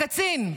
הקצין,